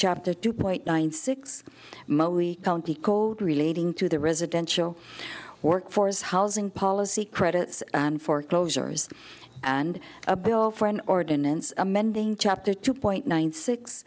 chapter two point nine six most county code relating to the residential workforce housing policy credit foreclosures and a bill for an ordinance amending chapter two point one six